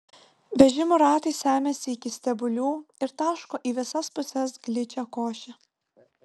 vežimų ratai semiasi iki stebulių ir taško į visas puses gličią košę